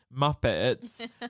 muppets